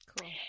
Cool